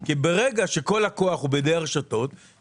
כי ברגע שכל לקוח הוא בידי הרשתות,